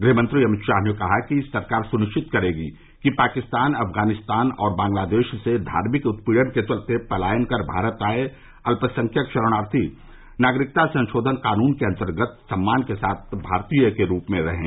गृहमंत्री अमित शाह ने कहा है कि सरकार सुनिश्चित करेगी कि पाकिस्तान अफगानिस्तान और बांग्लादेश से धार्मिक उत्पीड़न के चलते पलायन कर भारत आए अत्यसंख्यक शरणार्थी नागरिकता संशोधन कानून के अन्तर्गत सम्मान के साथ भारतीय के रूप में रहें